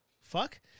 fuck